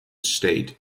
state